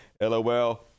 LOL